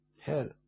Hell